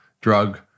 drug